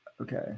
Okay